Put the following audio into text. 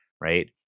right